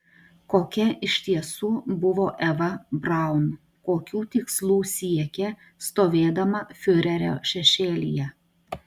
kokia iš tiesų buvo eva braun kokių tikslų siekė stovėdama fiurerio šešėlyje